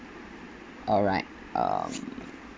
all right um